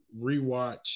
rewatch